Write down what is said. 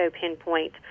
pinpoint